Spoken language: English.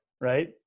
right